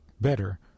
better